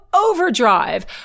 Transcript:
Overdrive